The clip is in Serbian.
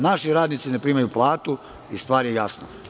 Naši radnici ne primaju platu i stvar je jasna.